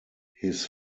his